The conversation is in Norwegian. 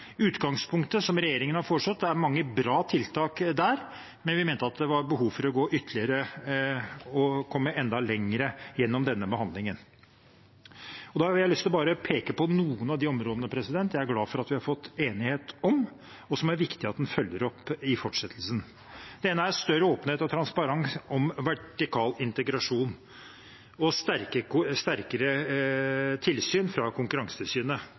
utgangspunktet som regjeringen har foreslått, er det mange bra tiltak, men vi mente det var behov for å gå lenger og komme enda lenger gjennom denne behandlingen. Jeg har lyst til å peke på noen av de områdene jeg er glad for at vi har fått enighet om, og som det er viktig at en følger opp i fortsettelsen. Det ene er større åpenhet og transparens om vertikal integrasjon og sterkere tilsyn fra Konkurransetilsynet